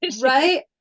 right